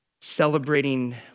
celebrating